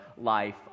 life